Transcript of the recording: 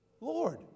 Lord